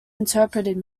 interpreted